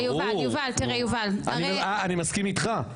ברור, אני מסכים איתך.